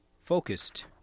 focused